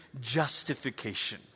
justification